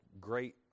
great